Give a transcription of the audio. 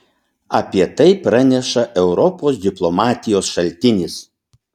apie tai praneša europos diplomatijos šaltinis